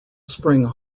spring